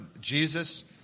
Jesus